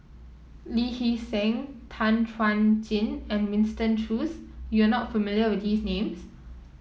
Lee Hee Seng Tan Chuan Jin and Winston Choos you are not familiar with these names